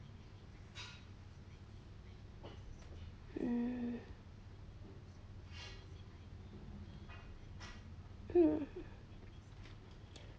mm mm